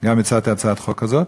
גם הצעתי הצעת חוק כזאת,